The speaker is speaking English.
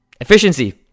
Efficiency